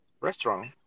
restaurant